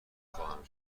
خواهم